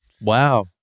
Wow